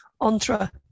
entre